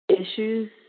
issues